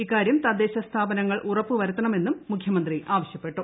ഇക്കാര്യം തദ്ദേശ സ്ഥാപനങ്ങൾ ഉറപ്പുവരുത്തണമെന്നു്ട് മുഖ്യമന്ത്രി ആവശ്യപ്പെട്ടു